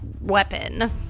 weapon